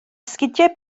sgidiau